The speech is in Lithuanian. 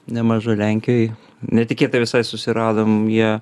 nemaža lenkijoj netikėtai visai susiradom ją